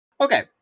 Okay